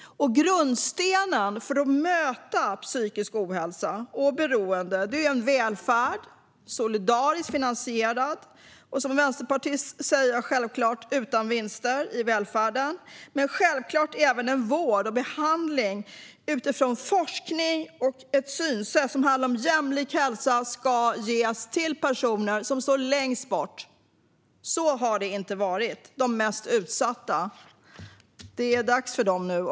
Grundstenen för att möta psykisk ohälsa och beroende är välfärd som är solidariskt finansierad - och som vänsterpartist säger jag självklart att det inte ska vara vinster i välfärden - men givetvis även vård och behandling utifrån forskning och synsättet att jämlik hälsa ska ges till de personer som står längst bort. Så har det inte varit för de mest utsatta, och det är dags för dem nu.